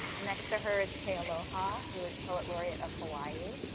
next to her is kealoha, who is poet laureate of hawaii.